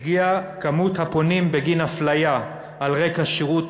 הגיעה כמות הפונים בגין אפליה על רקע שירות